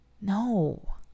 No